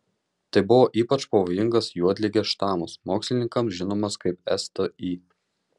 tai buvo ypač pavojingas juodligės štamas mokslininkams žinomas kaip sti